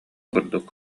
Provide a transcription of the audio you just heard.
курдук